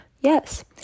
Yes